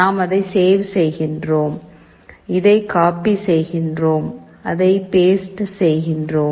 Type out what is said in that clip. நாம் அதை சேவ் செய்கிறோம் இதை காப்பி செய்கிறோம் அதை பேஸ்ட் செய்கிறோம்